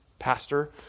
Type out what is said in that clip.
pastor